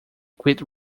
quit